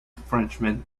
frenchman